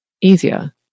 easier